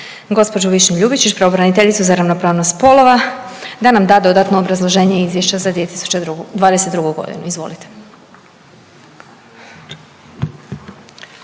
gospođu Višnju Ljubičić pravobraniteljicu za ravnopravnost spolova da nam da dodatno obrazloženje Izvješća za 2022.g.. Izvolite.